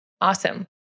Awesome